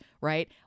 right